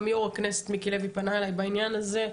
גם יו"ר הכנסת מיקי לוי פנה אליי בעניין הזה.